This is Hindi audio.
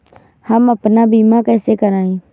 हम अपना बीमा कैसे कराए?